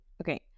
okay